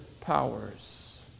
powers